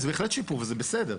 זה בהחלט שיפור וזה בסדר.